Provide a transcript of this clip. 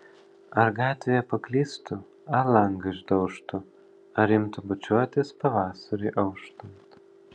ar gatvėje paklystų ar langą išdaužtų ar imtų bučiuotis pavasariui auštant